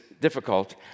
difficult